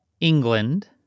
England